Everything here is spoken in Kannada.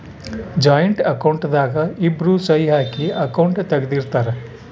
ಜಾಯಿಂಟ್ ಅಕೌಂಟ್ ದಾಗ ಇಬ್ರು ಸಹಿ ಹಾಕಿ ಅಕೌಂಟ್ ತೆಗ್ದಿರ್ತರ್